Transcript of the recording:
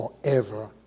forever